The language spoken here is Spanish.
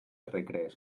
recrees